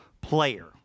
player